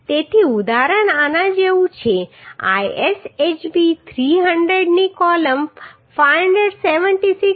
તેથી ઉદાહરણ આના જેવું છે ISHB 300 ની કોલમ 576